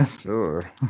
Sure